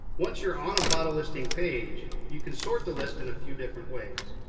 once you're on a bottle listing page, you can sort the list in a few different ways.